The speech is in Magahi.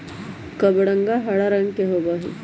कबरंगा हरा रंग के होबा हई